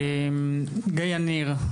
גאיה ניר,